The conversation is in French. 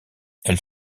elle